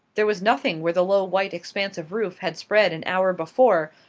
there was nothing where the low white expanse of roof had spread an hour before,